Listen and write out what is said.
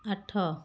ଆଠ